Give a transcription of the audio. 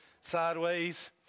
sideways